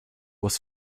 was